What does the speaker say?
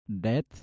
death